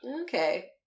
Okay